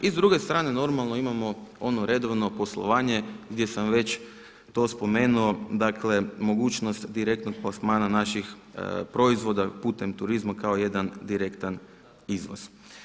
I s druge strane normalno imamo ono redovno poslovanje gdje sam već to spomenuo, dakle mogućnost direktnog plasmana naših proizvoda putem turizma kao jedan direktan izvoz.